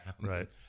Right